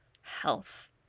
health